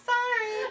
Sorry